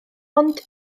ond